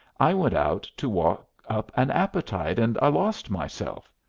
i went out to walk up an appetite, and i lost myself.